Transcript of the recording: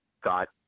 got